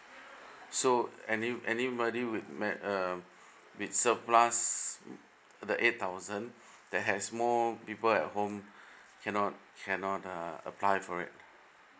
so any anybody with ma~ uh with surplus the eight thousand that has more people at home cannot cannot uh apply for it